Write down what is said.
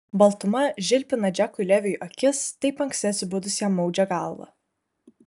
baltuma žilpina džekui leviui akis taip anksti atsibudus jam maudžia galvą